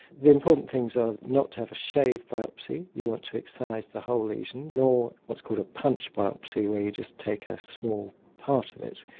the important things are not to have a shaved biopsy, you want to excise the whole lesion, nor what's called a punch biopsy, where you just take a small part of it.